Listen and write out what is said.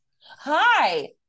hi